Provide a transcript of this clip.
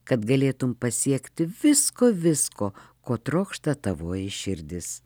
kad galėtum pasiekti visko visko ko trokšta tavoji širdis